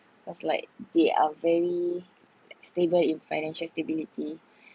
cause like they are very like stable in financial stability